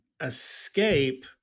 escape